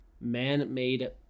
man-made